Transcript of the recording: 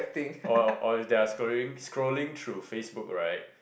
or or if their scrolling scrolling through facebook right